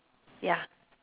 ya